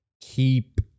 Keep